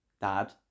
Dad